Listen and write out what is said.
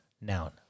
Noun